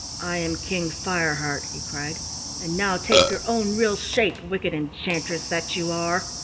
i am king fireheart, he cried and now take your own real shape, wicked enchantress that you are.